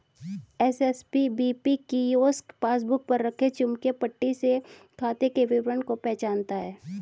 SSPBP kiosk passbook पर रखे चुंबकीय पट्टी से खाते के विवरण को पहचानता है